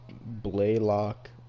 Blaylock